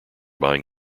buying